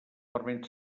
permet